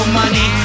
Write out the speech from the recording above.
money